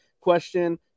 question